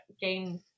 game